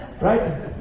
Right